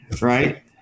right